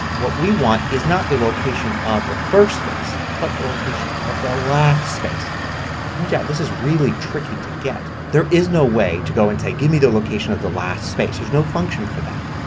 what we want is not the location of the first space but the location of the last space. it turns out this is really tricky to get. there is no way to go and say give me the location of the last space. there's no function for that.